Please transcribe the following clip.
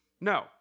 No